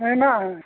ᱦᱮᱸ ᱦᱮᱱᱟᱜᱼᱟ